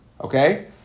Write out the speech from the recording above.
okay